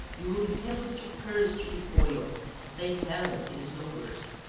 you will be tempted to curse chuquipoyo but thank heaven it is no worse.